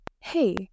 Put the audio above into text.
hey